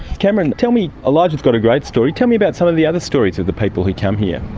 cameron, tell me, elijah's got a great story, tell me about some of the other stories of the people who come here.